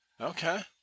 Okay